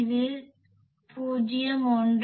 இது 0